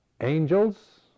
angels